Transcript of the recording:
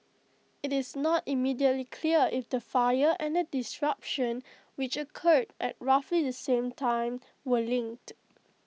IT is not immediately clear if the fire and the disruption which occurred at roughly the same time were linked